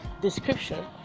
description